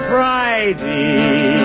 Friday